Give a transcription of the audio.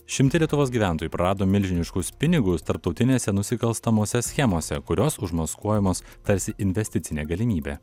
šimtai lietuvos gyventojų prarado milžiniškus pinigus tarptautinėse nusikalstamose schemose kurios užmaskuojamos tarsi investicinė galimybė